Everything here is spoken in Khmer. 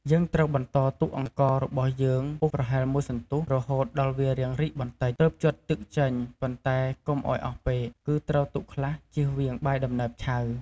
យើងត្រូវបន្តទុកឱ្យអង្កររបស់យើងពុះប្រហែលមួយសន្ទុះរហូតដល់វារាងរីកបន្តិច ទើបជាត់ទឹកចេញ ប៉ុន្តែកុំឱ្យអស់ពេក គឺត្រូវទុកខ្លះ ជៀសវាងបាយដំណើបឆៅ។